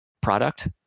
product